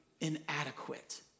inadequate